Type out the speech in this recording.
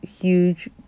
huge